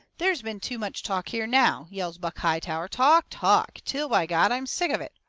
there's been too much talk here now, yells buck hightower, talk, talk, till, by god, i'm sick of it!